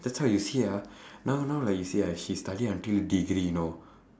that's why you see ah now now like you see ah she study until degree you know